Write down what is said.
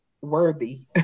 worthy